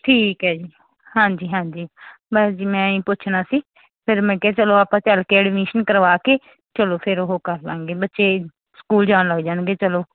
ਠੀਕ ਹੈ ਜੀ ਹਾਂਜੀ ਹਾਂਜੀ ਬਸ ਜੀ ਮੈਂ ਏਂਈਂ ਪੁੱਛਣਾ ਸੀ ਫਿਰ ਮੈਂ ਕਿਹਾ ਚਲੋ ਆਪਾਂ ਚੱਲ ਕੇ ਐਡਮਿਸ਼ਨ ਕਰਵਾ ਕੇ ਚਲੋ ਫਿਰ ਉਹ ਕਰ ਲਵਾਂਗੇ ਬੱਚੇ ਸਕੂਲ ਜਾਣ ਲੱਗ ਜਾਣਗੇ ਚਲੋ